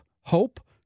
hope